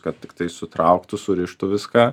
kad tiktais sutrauktų surištų viską